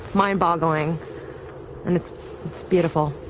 mind boggling and it's it's beautiful.